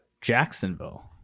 Jacksonville